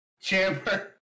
Chamber